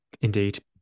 Indeed